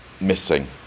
missing